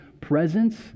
presence